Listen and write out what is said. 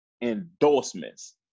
endorsements